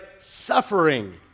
suffering